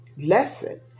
lesson